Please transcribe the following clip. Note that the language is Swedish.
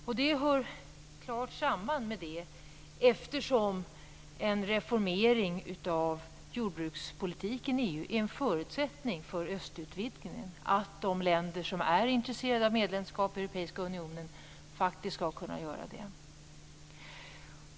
Det finns ett klart samband eftersom en reformering av jordbrukspolitiken i EU är en förutsättning för östutvidgningen och för att de länder som är intresserade av medlemskap i Europeiska unionen faktiskt skall kunna få det.